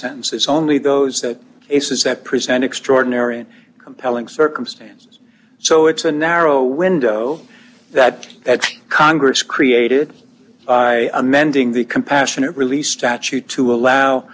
sentences only those that cases that present extraordinary and compelling circumstances so it's a narrow window that that congress created by amending the compassionate release statute to allow